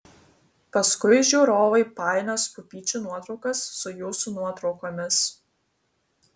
paskui žiūrovai painios pupyčių nuotraukas su jūsų nuotraukomis